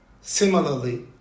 similarly